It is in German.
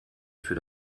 für